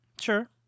Sure